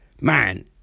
man